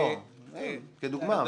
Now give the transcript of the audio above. לא, כדוגמה.